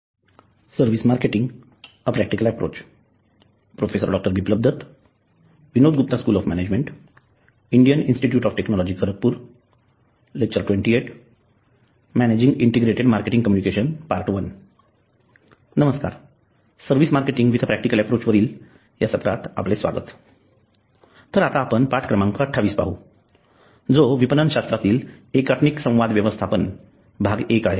नमस्कार service marketing with a practical approach वरील या सत्रात स्वागत तर आता आपण पाठ क्रमांक २८ पाहू जो विपणन शास्रातील एकात्मिक संवाद व्यवस्थापन भाग एक आहे